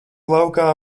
laukā